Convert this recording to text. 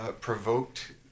provoked